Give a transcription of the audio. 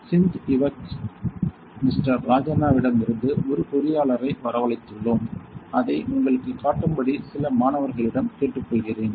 ஹிந்த் இவெக் மிஸ்டர் ராஜண்ணாவிடம் இருந்து ஒரு பொறியாளரை வரவழைத்துள்ளோம் அதை உங்களுக்குக் காட்டும்படி சில மாணவர்களிடம் கேட்டுக் கொள்கிறேன்